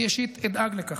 אני אישית אדאג לכך.